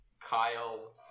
Kyle